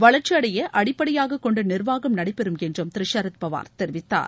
வளர்ச்சியை அடைப்படையாக கொண்டு நிர்வாகம் நடைபெறும் என்று திரு சரத்பவார் தெரிவித்தார்